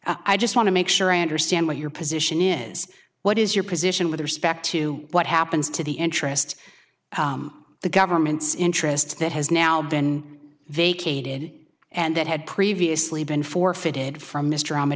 it i just want to make sure i understand what your position is what is your position with respect to what happens to the interest of the government's interests that has now been vacated and that had previously been forfeited from